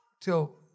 till